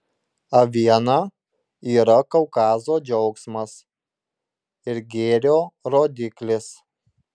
aviena yra kaukazo džiaugsmas ir gėrio rodiklis